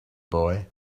boy